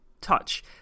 touch